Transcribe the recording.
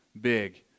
big